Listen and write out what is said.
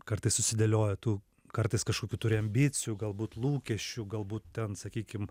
kartais susidėlioja tų kartais kažkokių turi ambicijų galbūt lūkesčių galbūt ten sakykim